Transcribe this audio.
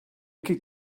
could